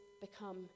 become